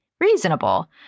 reasonable